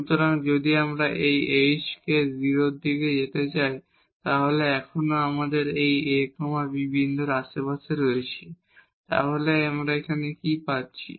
সুতরাং যদি আমরা এই h কে 0 এর দিকে যেতে দেই আমরা এখনও এই a b বিন্দুর আশেপাশে রয়েছি তাহলে আমরা এখানে কি পাচ্ছি